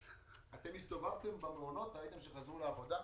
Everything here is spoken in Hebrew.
אתם הסתובבתם במעונות, ראיתם שחזרו לעבודה?